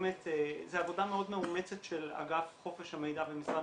באמת זו עבודה מאוד מאומצת של אגף חופש המידע במשרד